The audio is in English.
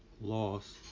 loss